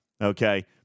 okay